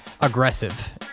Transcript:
aggressive